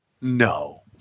No